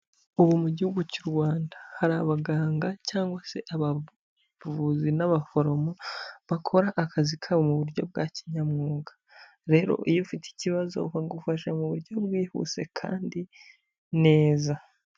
Ubu mu gihugu cy'u Rwanda, hari abaganga cyangwa se abavuzi n'abaforomo bakora akazi kabo mu buryo bwa kinyamwuga, rero iyo ufite ikibazo bagufasha mu buryo bwihuse kandi neza.